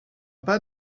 pas